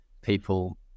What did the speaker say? people